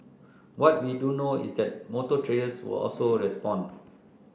what we do know is that motor traders will also respond